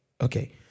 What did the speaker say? okay